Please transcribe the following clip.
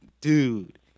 dude